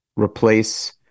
replace